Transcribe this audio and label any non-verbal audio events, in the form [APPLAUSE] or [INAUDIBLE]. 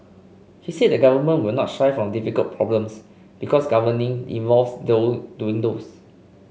he said the government will not shy from difficult problems because governing involves [UNINTELLIGIBLE] doing those